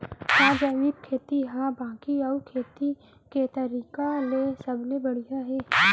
का जैविक खेती हा बाकी अऊ खेती के तरीका ले सबले बढ़िया हे?